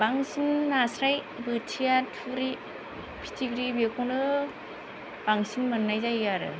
बांसिन नास्राय बोथिया थुरि फिथिग्रि बेखौनो बांसिन मोननाय जायो आरो